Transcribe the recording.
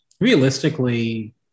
realistically